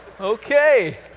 Okay